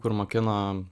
kur mokina